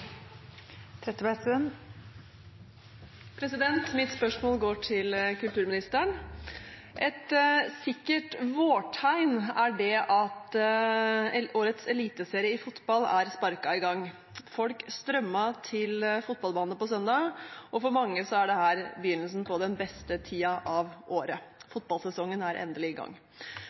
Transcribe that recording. det at årets eliteserie i fotball er sparket i gang. Folk strømmet til fotballbanene på søndag, og for mange er dette begynnelsen på den beste tiden av året: Fotballsesongen er endelig i gang.